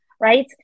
Right